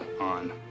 on